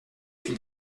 une